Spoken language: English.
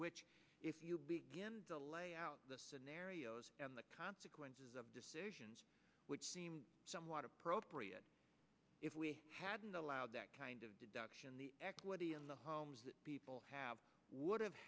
which if you begin to lay out the scenarios and the consequences of decisions which seem somewhat appropriate if we hadn't allowed that kind of deduction the equity in the homes that people have would have